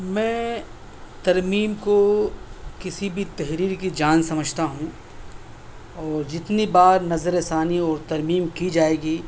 میں ترمیم کو کسی بھی تحریر کی جان سمجھتا ہوں اور جتنی بار نظرثانی اور ترمیم کی جائے گی